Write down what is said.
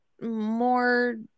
more